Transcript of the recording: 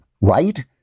right